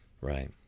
Right